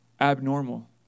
abnormal